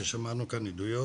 ששמענו כאן עדויות